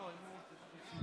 הכנסת.